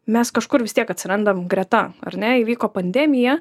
mes kažkur vis tiek atsirandam greta ar ne įvyko pandemija